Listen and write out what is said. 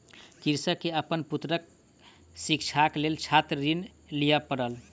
कृषक के अपन पुत्रक शिक्षाक लेल छात्र ऋण लिअ पड़ल